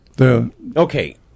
Okay